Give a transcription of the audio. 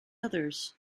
others